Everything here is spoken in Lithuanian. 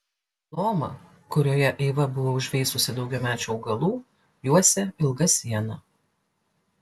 lomą kurioje eiva buvo užveisusi daugiamečių augalų juosė ilga siena